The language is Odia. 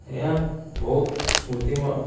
ଏହା ବହୁତ ସ୍ମୃତିମ